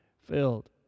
filled